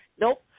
nope